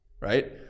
right